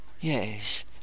Yes